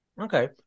Okay